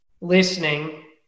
listening